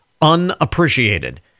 unappreciated